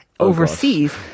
Overseas